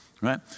right